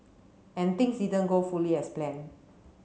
and things didn't go fully as planned